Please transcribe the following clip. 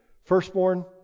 Firstborn